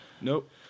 Nope